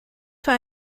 für